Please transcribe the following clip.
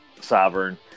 Sovereign